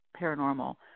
paranormal